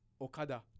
Okada